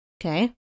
Okay